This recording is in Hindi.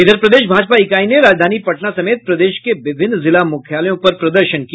इधर प्रदेश भाजपा इकाई ने राजधानी पटना समेत प्रदेश के विभिन्न जिला मुख्यालयों पर प्रदर्शन किया